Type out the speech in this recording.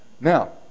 Now